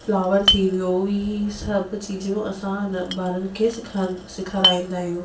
flower थी वियो हीअ सभु चीजूं असां हिन ॿारनि खे सेखारींदा आहियूं